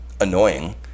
annoying